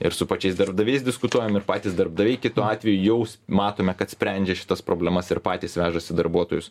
ir su pačiais darbdaviais diskutuojam ir patys darbdaviai kitu atveju jau matome kad sprendžia šitas problemas ir patys vežasi darbuotojus